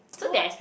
no eh